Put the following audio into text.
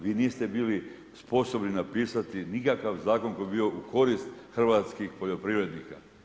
Vi niste bili sposobni napisati nikakav zakon koji bi bio u korist hrvatskih poljoprivrednika.